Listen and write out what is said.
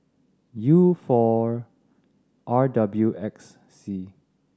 U four R W X C